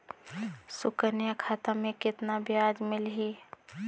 सुकन्या खाता मे कतना ब्याज मिलही?